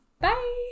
Bye